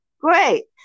Great